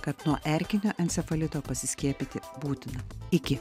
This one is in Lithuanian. kad nuo erkinio encefalito pasiskiepyti būtina iki